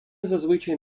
зазвичай